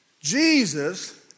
Jesus